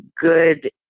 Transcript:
good